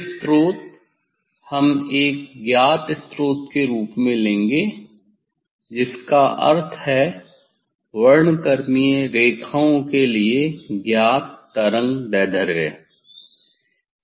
ये स्रोत हम एक ज्ञात स्रोत के रूप में लेंगे जिसका अर्थ है वर्णक्रमीय रेखाओं के लिए ज्ञात तरंगदैर्ध्य